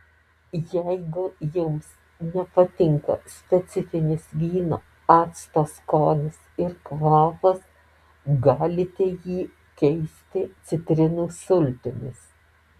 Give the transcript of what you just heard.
jeigu jums nepatinka specifinis vyno acto skonis ir kvapas galite jį keisti citrinų sultimis